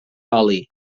oli